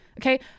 okay